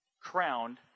crowned